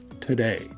today